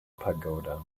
pagoda